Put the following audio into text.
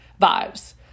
vibes